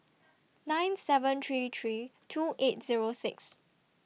nine seven three three two eight Zero six